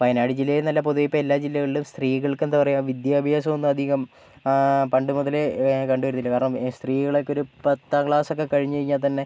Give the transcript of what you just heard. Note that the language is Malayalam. വയനാട് ജില്ലയെന്നല്ല പൊതുവെ ഇപ്പോൾ എല്ലാ ജില്ലകളിലും സ്ത്രീകൾക്ക് എന്താ പറയാ വിദ്യാഭ്യാസമൊന്നും അധികം പണ്ടുമുതലേ കണ്ടുവരുന്നില്ല കാരണം സ്ത്രീകളെക്കെ ഒരു പത്താം ക്ലാസ്സൊക്കെ കഴിഞ്ഞുകഴിഞ്ഞാൽ തന്നെ